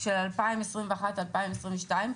של 2021 ו-2022,